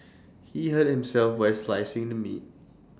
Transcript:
he hurt himself while slicing the meat